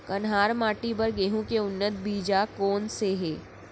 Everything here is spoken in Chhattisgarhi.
कन्हार माटी बर गेहूँ के उन्नत बीजा कोन से हे?